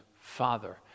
father